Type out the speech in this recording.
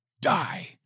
die